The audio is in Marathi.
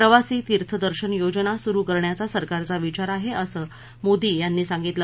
प्रवासी तीर्थदर्शन योजना सुरु करण्याचा सरकारचा विचार आहे असं मोदी यांनी सांगितलं